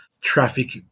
traffic